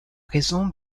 raison